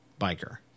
biker